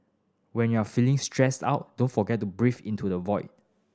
when you are feeling stressed out don't forget to breathe into the void